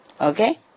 Okay